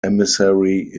emissary